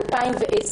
זה נכתב ב-2010.